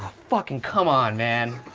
fucking come on, man.